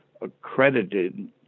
accredited